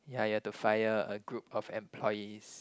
ya you have to fire a group of employees